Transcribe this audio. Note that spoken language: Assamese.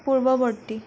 পূৰ্বৱৰ্তী